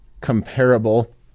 comparable